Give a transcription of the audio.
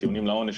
טיעונים לעונש,